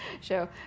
show